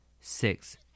six